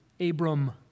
Abram